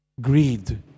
greed